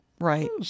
right